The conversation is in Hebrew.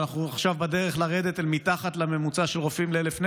ואנחנו עכשיו בדרך לרדת אל מתחת לממוצע של רופאים ל-1,000 נפש.